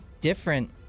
different